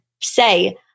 say